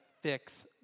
fix